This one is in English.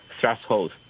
threshold